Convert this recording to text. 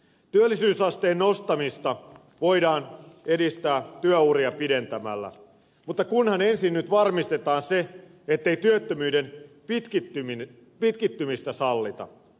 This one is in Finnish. työllisyysasteen nostamista voidaan edistää työuria pidentämällä mutta kunhan nyt ensin varmistetaan se ettei työttömyyden pitkittymistä sallita